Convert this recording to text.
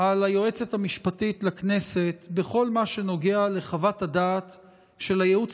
על היועצת המשפטית לכנסת בכל מה שנוגע לחוות הדעת של הייעוץ